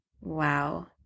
Wow